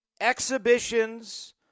exhibitions